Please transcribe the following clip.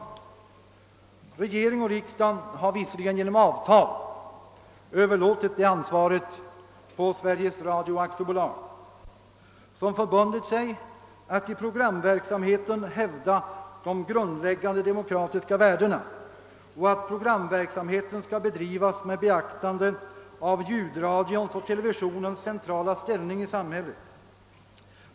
beteenden och handlingsmönster Regering och riksdag har visserligen genom avtal överlåtit detta ansvar på Sveriges Radio AB, som förbundit sig att i programverksamheten hävda de grundläggande demokratiska värdena och att programverksamheten skall bedrivas med beaktande av ljudradions och televisionens centrala ställning i samhället.